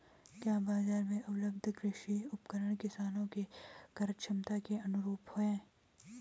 क्या बाजार में उपलब्ध कृषि उपकरण किसानों के क्रयक्षमता के अनुरूप हैं?